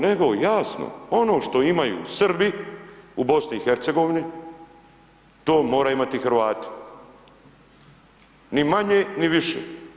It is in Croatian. Nego jasno, ono što imaju Srbi u BiH to moraju imati i Hrvati, ni manje ni više.